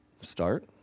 start